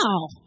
wow